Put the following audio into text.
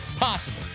Possible